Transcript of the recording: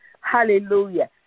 Hallelujah